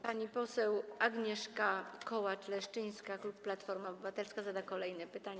Pani poseł Agnieszka Kołacz-Leszczyńska, klub Platforma Obywatelska, zada kolejne pytanie.